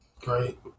Great